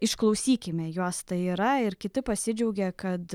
išklausykime juos tai yra ir kiti pasidžiaugė kad